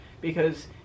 because-